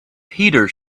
peter